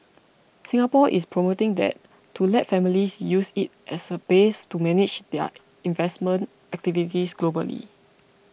Singapore is promoting that to let families use it as a base to manage their investment activities globally